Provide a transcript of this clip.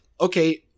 okay